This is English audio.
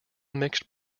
mixed